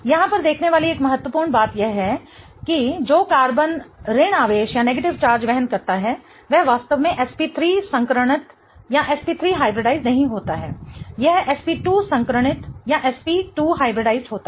यहाँ पर देखने वाली एक महत्वपूर्ण बात यह है कि जो कार्बन ऋण आवेश वहन करता है वह वास्तव में sp3 संकरणित नहीं होता है यह sp2 संकरणित होता है